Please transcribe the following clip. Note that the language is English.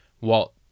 Walt